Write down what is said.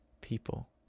people